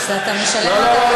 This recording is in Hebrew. אז אתה משלם על החניה.